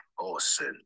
Awesome